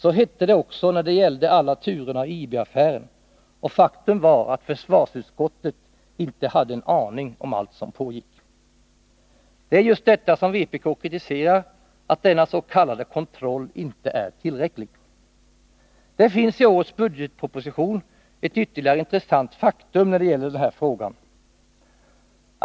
Så hette det också när det gällde alla turerna i IB-affären, och faktum var att försvarsutskottet inte hade en aning om allt som pågick. Det är just detta som vpk kritiserar, att denna s.k. kontroll inte är tillräcklig. Det finns i årets budgetproposition ett ytterligare intressant faktum när det gäller den här frågan.